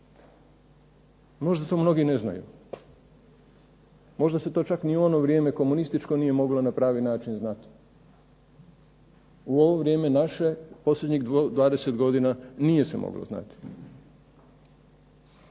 Možda to mnogi ne znaju, možda se to čak ni u ono vrijeme komunističko nije moglo na pravi način znati. U ovo vrijeme naše posljednjih 20 godina nije se moglo znati,